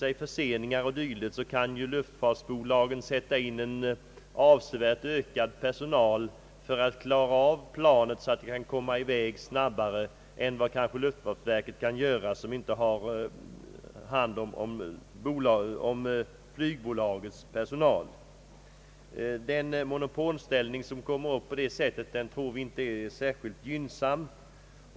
Vid förseningar och dylikt kan flygbolagen sätta in en avsevärt ökad personal för att klara av planet så att det kan komma i väg snabbare än vad luftfartsverket kan göra med enbart flygplatsens personal. Vi tror inte att den monopolställning som på detta sätt uppkommer är gynnsam.